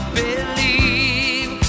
believe